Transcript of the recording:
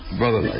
brother